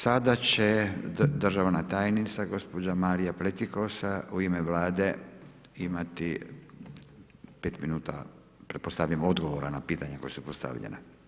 Sada će državna tajnica gospođa Marija Pletikosa u ime Vlade imati pet minuta pretpostavljam odgovora na pitanja koja su postavljena.